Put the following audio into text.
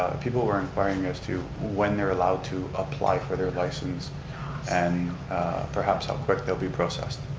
people who are inquiring as to when they're allowed to apply for their license and perhaps how quick they'll be processed.